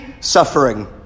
suffering